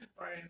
Right